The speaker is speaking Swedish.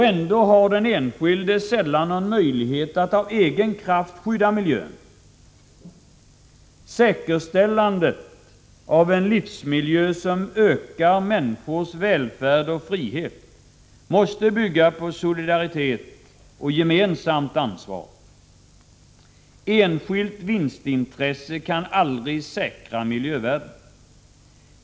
Ändå har den enskilde sällan någon möjlighet att av egen kraft skydda miljön. Säkerställandet av en livsmiljö som ökar människors välfärd och frihet måste bygga på solidaritet och gemensamt ansvar. Enskilt vinstintresse kan aldrig säkra miljövärden.